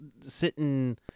sitting